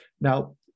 Now